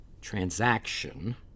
transaction